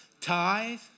Tithe